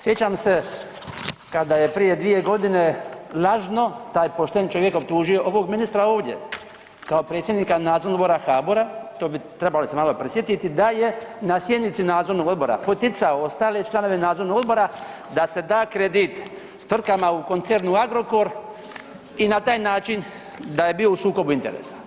Sjećam se kada je prije 2 godine lažno taj pošten čovjek optužio ovog ministra ovdje kao predsjednika nadzornog odbora HABOR-a to bi trebali se malo prisjetiti da je na sjednici nadzornog odbora poticao ostale članove nadzornog odbora da se da kredit tvrtkama u koncernu Agrokor i na taj način da je bio u sukobu interesa.